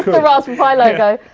the raspberry pi logo.